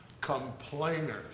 complainers